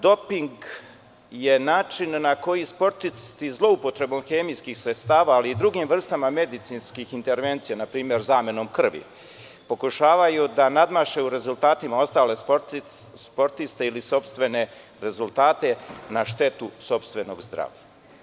Doping je način na koji sportisti zloupotrebom hemijskih sredstava, ali i drugim vrstama medicinskih intervencija, npr. zamenom krvi, pokušavaju da nadmaše u rezultatima ostale sportiste ili sopstvene rezultate na štetu sopstvenog zdravlja.